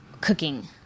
cooking